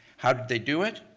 how did they do it?